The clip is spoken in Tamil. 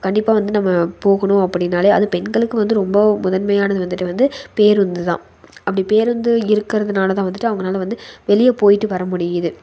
கண்டிப்பாக வந்து நம்ம போகணும் அப்படினாலே அதுவும் பெண்களுக்கு வந்து ரொம்ப முதன்மையானது வந்துட்டு வந்து பேருந்துதான் அப்படி பேருந்து இருக்குறதுனால் தான் வந்துட்டு அவங்கனால வந்து வெளியே போய்ட்டு வர முடியுது